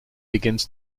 begins